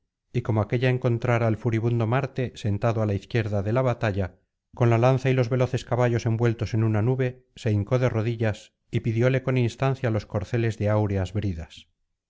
y como aquélla encontrara al furibundo marte sentado á la izquierda de la batalla con la lanza y los veloces caballos envueltos en una nube se hincó de rodillasy pidióle con instancia los corceles de áureas bridas